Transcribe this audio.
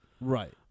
right